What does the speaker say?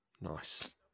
Nice